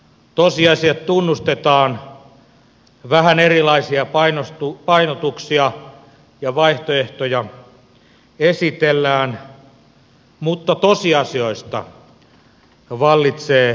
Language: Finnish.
tosiasiat tunnustetaan vähän erilaisia painotuksia ja vaihtoehtoja esitellään mutta tosiasioista vallitsee yksimielisyys